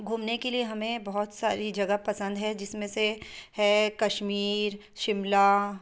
घूमने के लिए हमें बहुत सारी जगह पसंद है जिस में से है कश्मीर शिमला